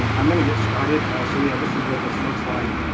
um i'm gonna get started. so yeah, this is what this looks like,